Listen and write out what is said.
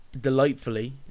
delightfully